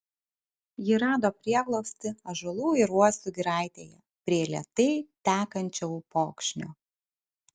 jie rado prieglobstį ąžuolų ir uosių giraitėje prie lėtai tekančio upokšnio